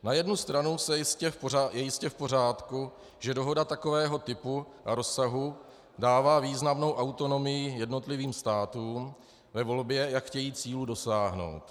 Na jednu stranu je jistě v pořádku, že dohoda takového typu a rozsahu dává významnou autonomii jednotlivým státům ve volbě, jak chtějí cílů dosáhnout.